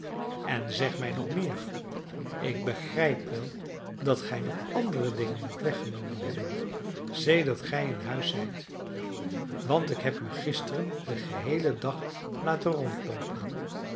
en zeg mij nog meer ik begrijp wel dat gij nog andere dingen moet weggenomen hebben sedert gij in huis zijt want ik heb u gisteren den geheelen dag laten rondloopen